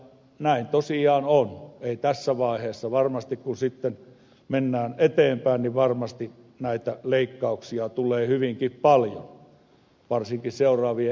näin tosiaan on ei tässä vaiheessa varmasti mutta sitten kun mennään eteenpäin varmasti näitä leikkauksia tulee hyvinkin paljon varsinkin seuraavien eduskuntavaalien jälkeen